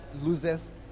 loses